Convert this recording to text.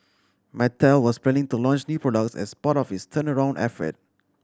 mattel was planning to launch new products as part of its turnaround effort